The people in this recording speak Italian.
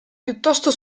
piuttosto